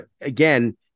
again